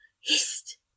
hist